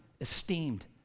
esteemed